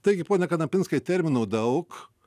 taigi pone kanapinskai terminų daug